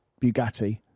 Bugatti